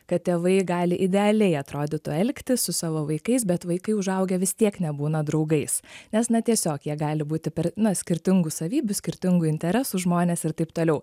kad tėvai gali idealiai atrodytų elgtis su savo vaikais bet vaikai užaugę vis tiek nebūna draugais nes na tiesiog jie gali būti per na skirtingų savybių skirtingų interesų žmonės ir taip toliau